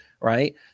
Right